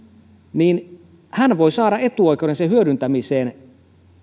voi saada etuoikeuden sen hyödyntämiseen